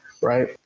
right